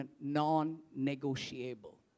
non-negotiable